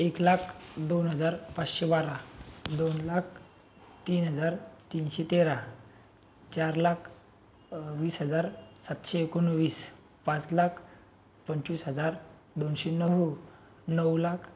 एक लाख दोन हजार पाचशे बारा दोन लाख तीन हजार तीनशे तेरा चार लाख वीस हजार सातशे एकोणवीस पाच लाख पंचवीस हजार दोनशे नऊ नऊ लाख